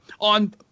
on